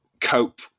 cope